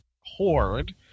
Horde